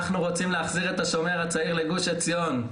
אנחנו רוצים להחזיר את השומר הצעיר לגוש עציון.